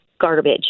garbage